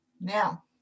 Now